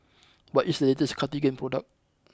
what is the latest Cartigain product